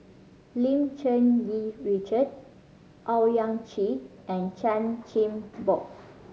Lim Cherng Yih Richard Owyang Chi and Chan Chin Bock